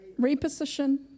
Reposition